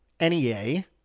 NEA